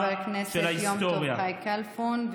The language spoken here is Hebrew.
תודה רבה, חבר הכנסת יום טוב חי כלפון.